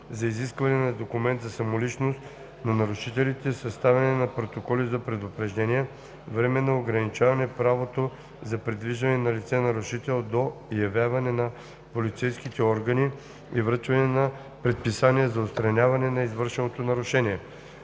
за изискване на документ за самоличност на нарушителите, съставяне на протоколи за предупреждение, временно ограничаване правото за придвижване на лице-нарушител до явяване на полицейските органи и връчването на предписания за отстраняване на извършеното нарушение.